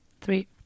Three